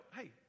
hey